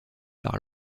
par